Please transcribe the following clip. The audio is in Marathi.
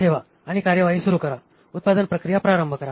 ठेवा आणि कार्यवाही सुरू करा उत्पादन प्रक्रिया प्रारंभ करा